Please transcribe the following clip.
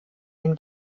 den